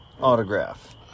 autograph